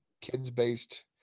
kids-based